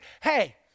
hey